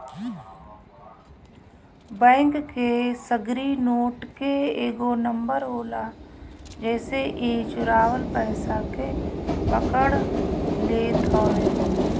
bank के सगरी note के एगो नंबर होला जेसे इ चुरावल पईसा के पकड़ लेत हअ